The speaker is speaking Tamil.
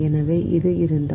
எனவே அது இருந்தால்